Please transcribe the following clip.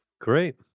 Great